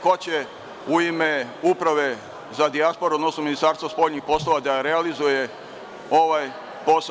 Ko će u ime uprave za dijasporu, odnosno Ministarstva spoljnih poslova da realizuje ovaj posao?